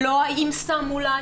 לא אם שמו לה.